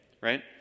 Right